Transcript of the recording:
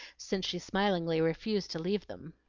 since she smilingly refused to leave them.